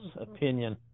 opinion